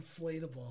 inflatable